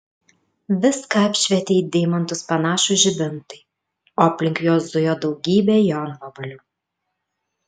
viską apšvietė į deimantus panašūs žibintai o aplink juos zujo daugybė jonvabalių